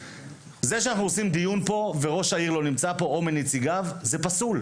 זה שאנחנו עושים דיון פה וראש העיר לא נמצא פה או מנציגיו זה פסול,